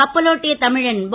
கப்பலோட்டிய தமிழன் வ